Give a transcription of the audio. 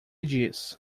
diz